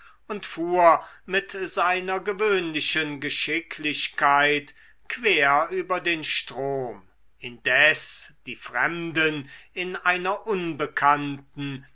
und fuhr mit seiner gewöhnlichen geschicklichkeit quer über den strom indes die fremden in einer unbekannten